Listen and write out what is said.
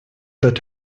that